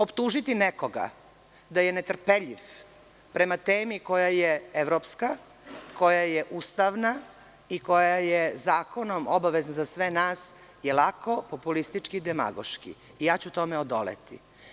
Optužiti nekoga da je netrpeljiv prema temi koja je evropska, koja je ustavna i koja je zakonom obaveza za sve nas je lako, populistički, demagoški i ja ću tome odoleti.